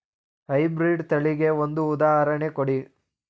High breed ತಳಿಗೆ ಒಂದು ಉದಾಹರಣೆ ಕೊಡಿ?